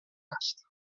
است